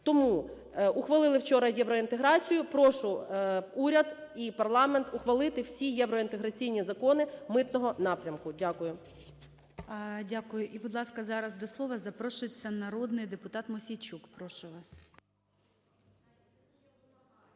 Тому ухвалили вчора євроінтеграцію, прошу уряд і парламент ухвалити всі євроінтеграційні закони митного напрямку. Дякую. ГОЛОВУЮЧИЙ. Дякую. І, будь ласка, зараз до слова запрошується народний депутат Мосійчук. Прошу вас.